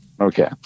Okay